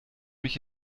mich